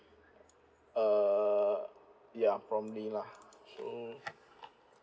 err ya probably lah so